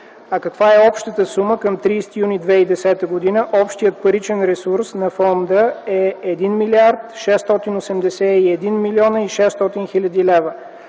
Каква е общата сума към 30 юни 2010 г.? Общият паричен ресурс на фонда е 1 млрд. 681 млн. 600 хил. лв.